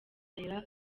ararira